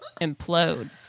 implode